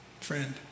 Friend